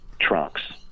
trunks